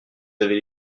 avez